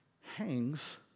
hangs